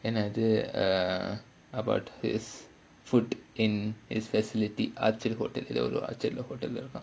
and என்னது:ennathu err about his food in his facility orchard hotel எதோ ஒரு:etho oru orchard hotel leh இருக்கான்:irukkaan